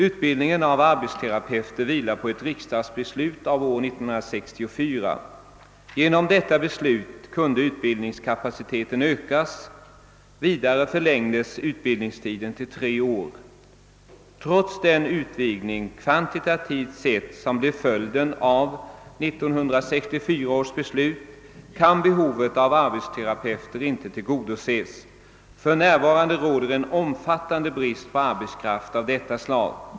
Utbildningen av arbetsterapeuter vilar på ett riksdagsbeslut av år 1964. Genom «detta beslut kunde utbildningskapaciteten ökas. Vidare förlängdes utbildningstiden till tre år. Trots den utvidgning kvantitativt sett som alltså blev följden av 1964 års beslut kan behovet av arbetsterapeuter inte tillgodoses. För närvarande råder en omfattande brist på arbetskraft av detta slag.